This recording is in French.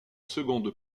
seconde